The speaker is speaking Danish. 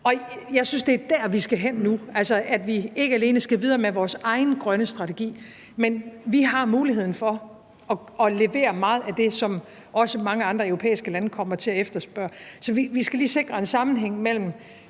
Jeg synes, at det er der, vi skal hen nu. Vi skal ikke alene videre med vores egen grønne strategi, men vi har muligheden for at levere meget af det, som også mange andre europæiske lande kommer til at efterspørge. Så vi skal lige sikre en sammenhæng mellem